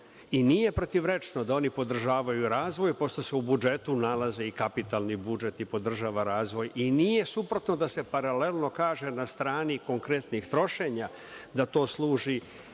i nije protivrečno da oni podržavaju razvoj pošto se u budžetu nalaze i kapitalni budžete i podržava razvoj i nije suprotno da se paralelno kaže, na strani konkretnih trošenja da to služi